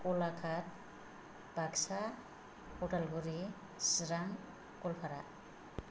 Golaghat Baksa Udalguri Chirang Goalpara